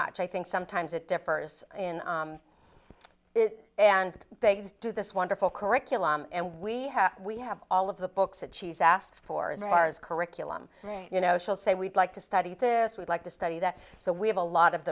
much i think sometimes it differs in it and they do this wonderful curriculum and we have we have all of the books that she's asked for is ours curriculum you know she'll say we'd like to study this we'd like to study that so we have a lot of